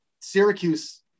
Syracuse